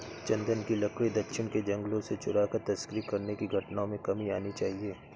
चन्दन की लकड़ी दक्षिण के जंगलों से चुराकर तस्करी करने की घटनाओं में कमी आनी चाहिए